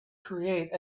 create